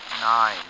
Nine